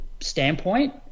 standpoint